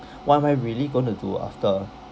why am I really gonna do after